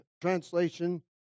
Translation